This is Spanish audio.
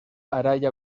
araya